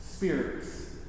Spirits